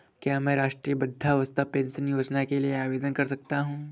क्या मैं राष्ट्रीय वृद्धावस्था पेंशन योजना के लिए आवेदन कर सकता हूँ?